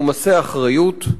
עומסי אחריות.